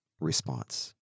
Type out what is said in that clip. response